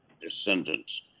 descendants